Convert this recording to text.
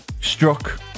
struck